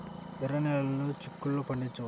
ఎర్ర నెలలో చిక్కుల్లో పండించవచ్చా?